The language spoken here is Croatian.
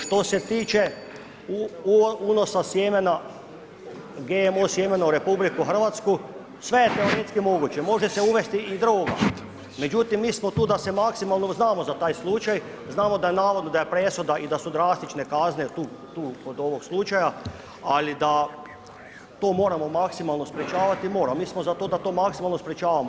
Što se tiče unosa GMO sjemena u RH, sve je teoretski moguće, može se uvesti i droga međutim mi smo tu da se maksimalno, znamo za taj slučaj, znamo da je navodno, da je presuda i da su drastične kazne tu kod ovog slučaja ali da to moramo maksimalno sprječavati, moramo, mi smo za to da to maksimalno sprječavamo.